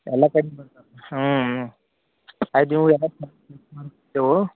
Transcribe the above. ಎಲ್ಲ ತೆಗ್ದು ಹ್ಞೂ ಆಯ್ತು ನೀವು ಯಾವಾಗ